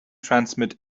transmit